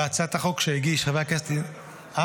בהצעת החוק שהגיש חבר הכנסת -- ממלא מקום שר הביטחון.